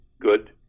good